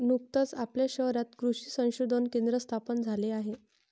नुकतेच आपल्या शहरात कृषी संशोधन केंद्र स्थापन झाले आहे